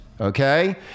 Okay